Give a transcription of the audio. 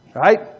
right